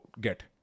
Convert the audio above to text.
get